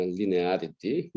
linearity